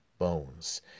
bones